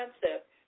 concept